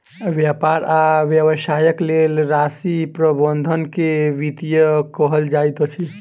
व्यापार आ व्यवसायक लेल राशि प्रबंधन के वित्तीयन कहल जाइत अछि